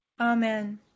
Amen